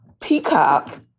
Peacock